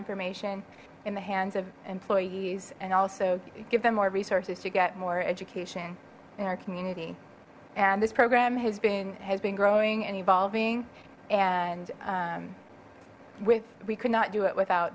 information in the hands of employees and also give them more resources to get more education in our community and this program has been has been growing and evolving and with we could not do it without